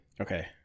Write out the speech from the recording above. Okay